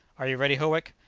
are you ready, howick?